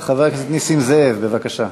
חבר הכנסת נסים זאב, בבקשה.